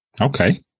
Okay